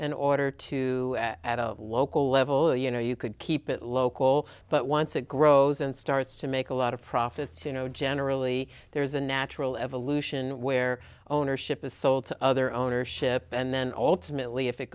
and order to at a local level you know you could keep it local but once it grows and starts to make a lot of profits you know generally there's a natural evolution where ownership is sold to other ownership and then ultimately if it